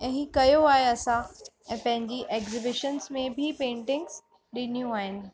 ऐं हीउ कयो आहे असां ऐं पंहिंजी एग्ज़िबिशन्स में बि पेंटिंग्स ॾिनियूं आहिनि